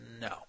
No